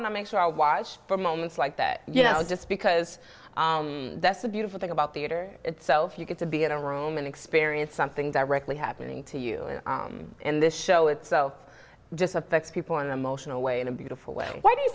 and i make sure i watch for moments like that you know just because that's the beautiful thing about theater itself you get to be in a room and experience something directly happening to you and this show itself just affects people in a motion away in a beautiful way why do you